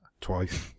twice